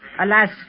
Alas